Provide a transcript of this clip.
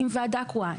עם ועדה קרואה,